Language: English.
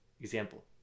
example